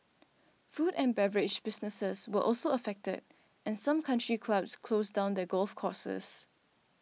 food and beverage businesses were also affected and some country clubs closed down their golf courses